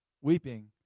weeping